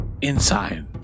Inside